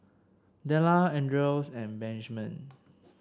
Della Andreas and Benjman